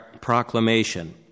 proclamation